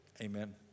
Amen